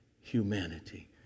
humanity